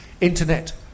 Internet